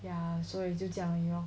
ya 所以就这样而已 lor